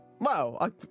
Wow